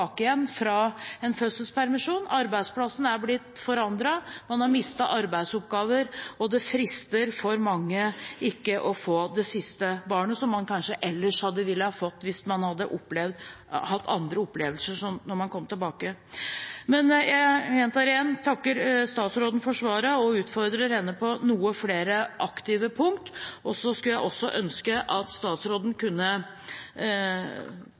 igjen fra en fødselspermisjon. Arbeidsplassen er blitt forandret, man har mistet arbeidsoppgaver, og det frister for mange ikke å få det siste barnet, som man kanskje ville ha fått hvis man hadde hatt andre opplevelser når man kom tilbake. Men jeg gjentar: Jeg takker statsråden for svaret, og utfordrer henne på noen flere aktive punkter. Så skulle jeg også ønske at statsråden kunne